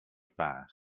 pars